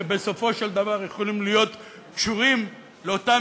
שבסופו של דבר יכולים להיות קשורים לאותם